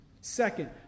Second